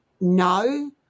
no